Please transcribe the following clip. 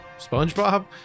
SpongeBob